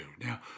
Now